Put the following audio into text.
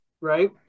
right